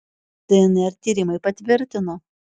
dnr tyrimai patvirtino